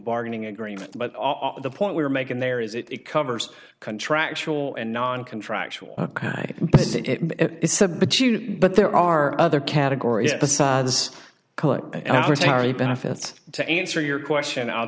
bargaining agreement but the point we are making there is it covers contractual and non contractual isn't it but there are other categories besides collect your sorry benefits to answer your question i'll